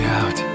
out